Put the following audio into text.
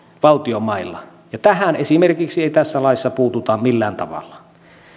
valtion mailla ja esimerkiksi tähän ei tässä laissa puututa millään tavalla